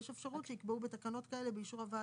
יש אפשרות שיקבעו בתקנות כאלה באישור הוועדה?